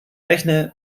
rechne